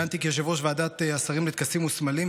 כיהנתי כיושב-ראש ועדת השרים לטקסים וסמלים,